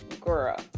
girl